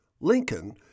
Lincoln